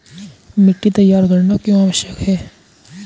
मिट्टी तैयार करना क्यों आवश्यक है?